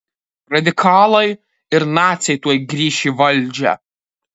radikalai ir naciai tuoj grįš į valdžią